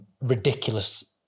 ridiculous